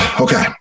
Okay